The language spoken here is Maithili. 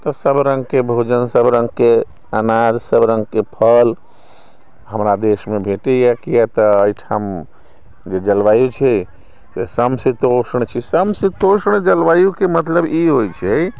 तऽ सभरङ्गके भोजन सभरङ्गके अनाज सभरङ्गके फल हमरा देशमे भेटैए कियाक तऽ एहिठाम जे जलवायु छै से सम शीतोष्ण छै सम शीतोष्ण जलवायुके मतलब ई होइ छै